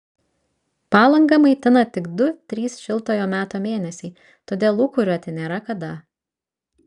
palangą maitina tik du trys šiltojo meto mėnesiai todėl lūkuriuoti nėra kada